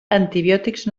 antibiòtics